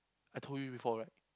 I told you before right